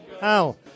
Al